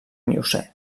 miocè